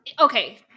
Okay